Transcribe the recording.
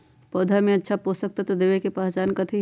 पौधा में अच्छा पोषक तत्व देवे के पहचान कथी हई?